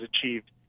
achieved